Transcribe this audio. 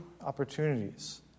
opportunities